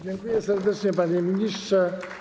Dziękuję serdecznie, panie ministrze.